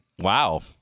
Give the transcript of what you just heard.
Wow